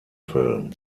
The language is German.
film